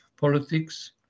politics